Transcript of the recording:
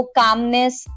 calmness